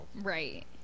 right